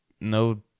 No